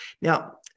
Now